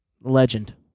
legend